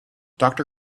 doctor